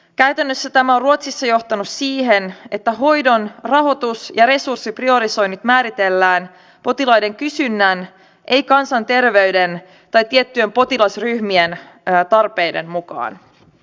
käytännössä tämä on ruotsissa johtanut siihen että hoidon rahoitus ja resurssipriorisoinnit määritellään potilaiden kysynnän ei kansanterveyden tai tiettyjen potilasryhmien tarpeiden mukaan